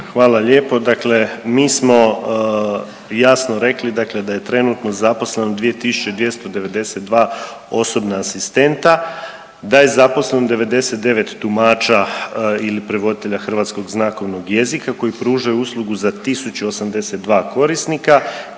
Hvala lijepo. Dakle, mi smo jasno rekli da je trenutno zaposleno 2 tisuće 292 osobna asistenta, da je zaposleno 99 tumača ili prevoditelja hrvatskog znakovnog jezika koji pružaju uslugu za tisuću 82 korisnika